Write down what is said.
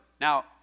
now